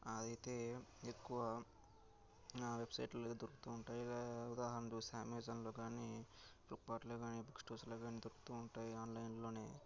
అది అయితే ఎక్కువ వెబ్సైట్లల్లో అయితే దొరుకుతూ ఉంటాయి ఉదాహరణకు చూస్తే అమెజాన్లో కానీ ఫ్లిప్కార్ట్లో కానీ బుక్ స్టోర్స్లో కానీ దొరుకుతూ ఉంటాయి ఆన్లైన్లోనే